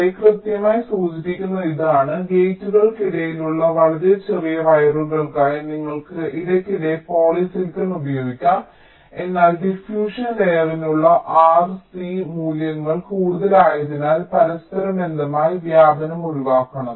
ഇവിടെ കൃത്യമായി സൂചിപ്പിക്കുന്നത് ഇതാണ് ഗേറ്റുകൾക്കിടയിലുള്ള വളരെ ചെറിയ വയറുകൾക്കായി നിങ്ങൾക്ക് ഇടയ്ക്കിടെ പോളിസിലിക്കൺ ഉപയോഗിക്കാം എന്നാൽ ഡിഫ്യൂഷൻ ലെയറിനുള്ള R C മൂല്യങ്ങൾ കൂടുതലായതിനാൽ പരസ്പരബന്ധമായി വ്യാപനം ഒഴിവാക്കണം